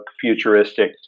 futuristic